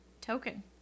token